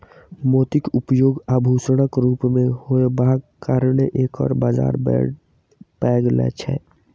मोतीक उपयोग आभूषणक रूप मे होयबाक कारणेँ एकर बाजार बड़ पैघ छै